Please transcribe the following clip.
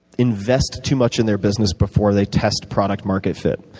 invest too much in their business before they test product market fit.